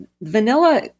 vanilla